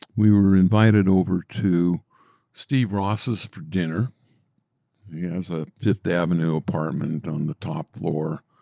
we were invited over to steve ross's for dinner. he has a fifth avenue apartment on the top floor,